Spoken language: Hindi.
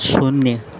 शून्य